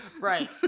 Right